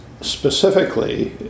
Specifically